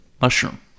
mushroom